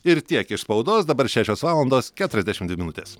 ir tiek iš spaudos dabar šešios valandos keturiasdešimt dvi minutės